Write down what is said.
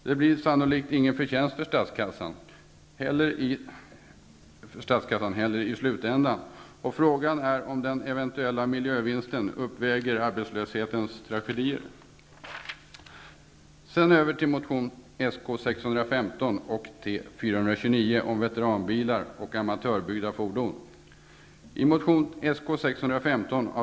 Det blir sannolikt ingen förtjänst heller för statskassan i slutändan, och frågan är om den eventuella miljövinsten uppväger arbetslöshetens tragedier.